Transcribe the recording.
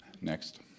Next